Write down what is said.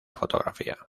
fotografía